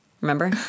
Remember